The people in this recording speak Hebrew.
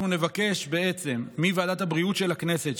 אנחנו נבקש מוועדת הבריאות של הכנסת,